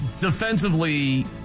defensively